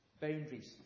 boundaries